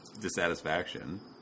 dissatisfaction